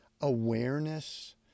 awareness